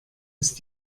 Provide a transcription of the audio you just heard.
ist